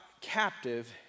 captive